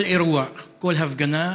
כל אירוע, כל הפגנה,